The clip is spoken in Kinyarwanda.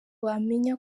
wamenya